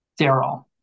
Daryl